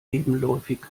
nebenläufig